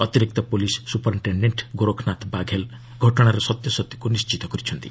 ଅତିରିକ୍ତ police superintendent Gorakhnath Baghel ଘଟଣାର ସତ୍ୟାସତ୍ୟକୁ ନିଶ୍ଚିତ କରିଛନ୍ତି